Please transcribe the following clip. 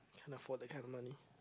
can't afford that kind of money